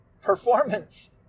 performance